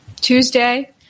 Tuesday